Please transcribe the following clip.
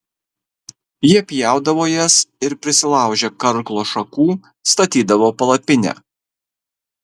jie pjaudavo jas ir prisilaužę karklo šakų statydavo palapinę